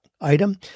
item